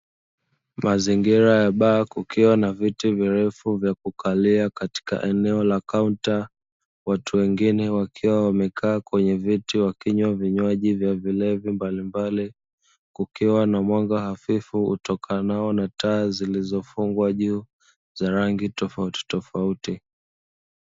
Mazingira ya baa kukiwa na viti virefu vya kukalia katika eneo la kaunta, watu wengine wakiwa wamekaa kwenye viti wakinywa vinywaji vya vilevi mbalimbali, kukiwa na mwanga hafifu utokanao na taa zilizofungwa juu za rangi tofautitofauti.